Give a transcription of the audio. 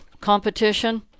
competition